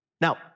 Now